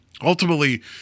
ultimately